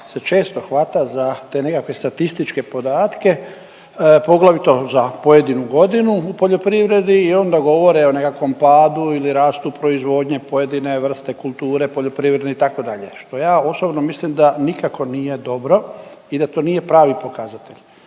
se često hvata za te nekakve statističke podatke poglavito za pojedinu godinu u poljoprivredi i onda govore o nekakvom padu ili rastu proizvodnje pojedine vrste kulture poljoprivredne itd. što ja osobno mislim da nikako nije dobro i da to nije pravi pokazatelj,